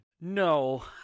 No